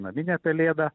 naminė pelėda